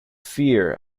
fear